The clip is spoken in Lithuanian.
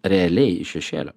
realiai iš šešėlio